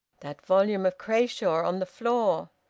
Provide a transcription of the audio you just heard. that volume of crashaw on the floor!